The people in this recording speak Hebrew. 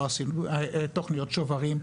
לא עשינו תוכניות שוברים,